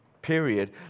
period